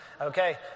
Okay